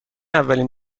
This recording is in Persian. اولین